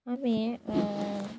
আমি